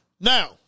Now